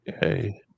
Hey